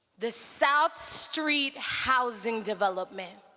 the south street housing development.